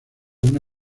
una